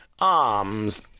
Arms